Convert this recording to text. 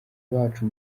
bacu